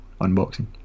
unboxing